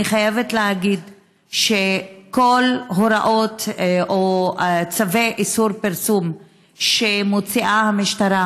אני חייבת להגיד שכל ההוראות או צווי איסור פרסום שמוציאה המשטרה